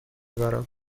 برم